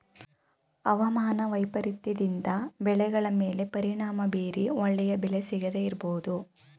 ಅವಮಾನ ವೈಪರೀತ್ಯದಿಂದ ಬೆಳೆಗಳ ಮೇಲೆ ಪರಿಣಾಮ ಬೀರಿ ಒಳ್ಳೆಯ ಬೆಲೆ ಸಿಗದೇ ಇರಬೋದು